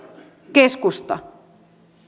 keskusta